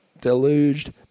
deluged